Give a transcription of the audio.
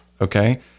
okay